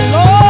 Lord